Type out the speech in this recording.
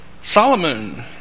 Solomon